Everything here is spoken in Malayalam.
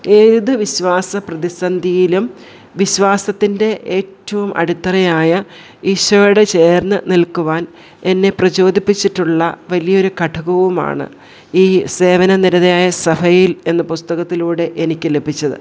ഏതു വിശ്വാസ പ്രതിസന്ധിയിലും വിശ്വാസത്തിൻ്റെ ഏറ്റവും അടിത്തറയായ ഈശോയോട് ചേർന്നു നിൽക്കുവാൻ എന്നെ പ്രചോദിപ്പിച്ചിട്ടുള്ള വലിയൊരു ഘടകവുമാണ് ഈ സേവന നിരതയായ സഭയിൽ എന്ന പുസ്തകത്തിലൂടെ എനിക്ക് ലഭിച്ചത്